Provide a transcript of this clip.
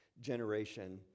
generation